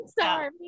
Sorry